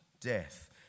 death